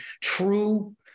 true